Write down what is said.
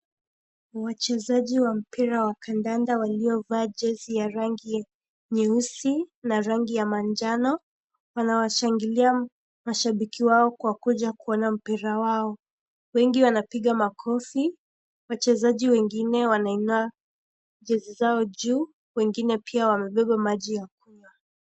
Wachezaji wa mpira wa kandanda waliovaa jezi ya rangi ya nyeusi na rangi ya manjano wanawashangilia mashabiki wao kwa kuja kuona mpira wao. Wengi wanapiga makofi. Wachezaji wengine wanainua jezi zao juu, wengine pia wamebeba maji ya kunywa.